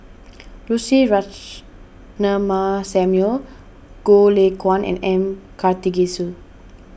Lucy Ratnammah Samuel Goh Lay Kuan and M Karthigesu